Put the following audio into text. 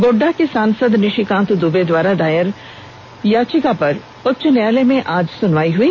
गोड्डा के सांसद निषिकांत दुबे द्वारा दायर याचिका पर उच्च न्यायालय में आज सुनवाई हुई